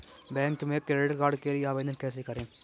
Bank में credit card के लिए आवेदन कैसे करें?